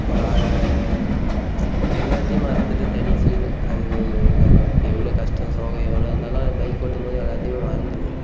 ஒரு ஆ எல்லாத்தையும் மறந்துவிட்டு தனி ஃபீலு அது நம்ம எவ்வளோ கஷ்டம் சோகம் எவ்வளோ இருந்தாலும் அது பைக் ஓட்டும் போது எல்லாத்தையுமே மறந்துடுவோம்